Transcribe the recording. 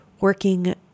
working